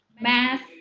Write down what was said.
math